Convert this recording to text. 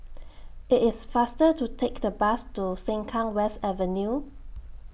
IT IS faster to Take The Bus to Sengkang West Avenue